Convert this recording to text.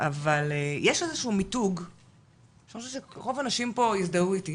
אבל יש איזשהו מיתוג שאני חושבת שרוב הנשים פה הזדהו איתי,